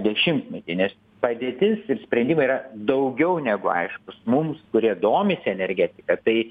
dešimtmetį nes padėtis ir sprendimai yra daugiau negu aiškūs mum kurie domisi energetika tai